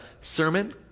sermon